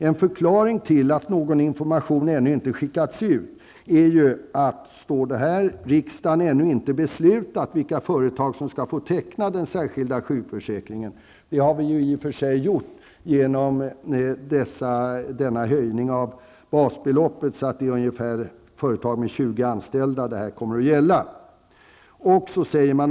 En förklaring till att någon information ännu inte skickats ut är att riksdagen ännu inte beslutat vilka företag som ska få teckna den särskilda 'sjukförsäkringen'. ''Det har riksdagen i och för sig gjort genom höjningen av antalet basbelopp, som innebär att detta kommer att gälla företag med ungefär 20 anställda.''